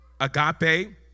Agape